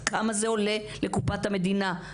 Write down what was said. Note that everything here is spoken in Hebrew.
ותציגו באמת כמה זה עולה לקופת המדינה,